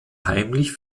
heimlich